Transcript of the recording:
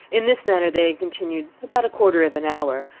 in this manner they had continued about a quarter of an hour,